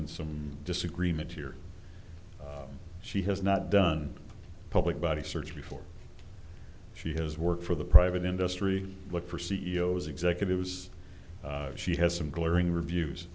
and some disagreement here she has not done public body search before she has worked for the private industry look for c e o s executives she has some glowing reviews